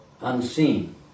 unseen